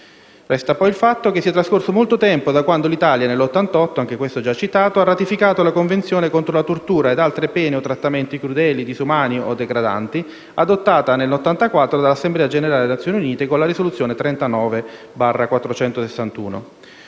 Resta il fatto che sia trascorso molto tempo da quando l'Italia, nel 1988, ha ratificato la Convenzione contro la tortura ed altre pene o trattamenti crudeli, disumani o degradanti, adottata nel 1984 dall'Assemblea generale delle Nazioni Unite con la risoluzione 39/461.